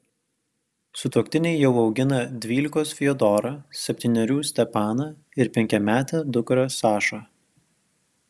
sutuoktiniai jau augina dvylikos fiodorą septynerių stepaną ir penkiametę dukrą sašą